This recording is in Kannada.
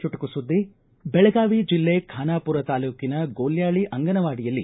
ಚುಟುಕು ಸುದ್ದಿ ಬೆಳಗಾವಿ ಜಿಲ್ಲೆ ಖಾನಾಪುರ ತಾಲೂಕಿನ ಅಂಗನವಾಡಿಯಲ್ಲಿ